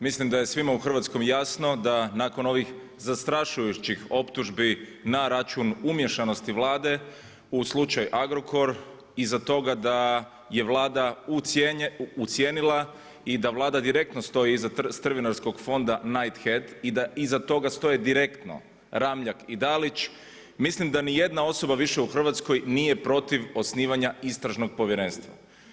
Mislim da je svima u Hrvatskoj jasno da nakon ovih zastrašujućih optužbi na račun umiješanosti Vlade u slučaj Agrokor i za toga da je Vlada ucijenila i da Vlada direktno stoji iza strvinarskog fonda Knighthead i da iza toga stoji direktno Ramljak i Dalić, mislim da nijedna osoba više u Hrvatskoj nije protiv osnivanja Istražnog povjerenstva.